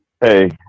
hey